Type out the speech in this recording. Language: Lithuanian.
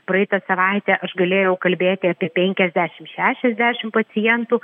praeitą savaitę aš galėjau kalbėti apie penkiasdešim šešiasdešim pacientų